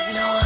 no